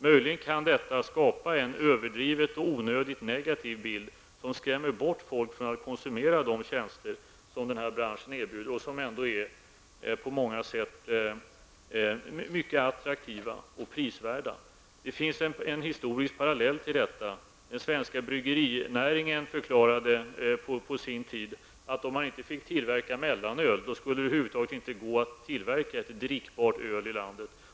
Möjligen kan detta skapa en överdriven och onödigt negativ bild, som skrämmer bort folk från att konsumera de tjänster som erbjuds, tjänster som ändå på många sätt är attraktiva och prisvärda. Det finns en historisk parallell. Den svenska bryggerinäringen förklarade på sin tid att om man inte fick tillverka mellanöl, skulle det över huvud taget inte gå att tillverka ett drickbart öl i landet.